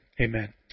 amen